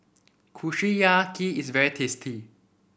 Kushiyaki is very tasty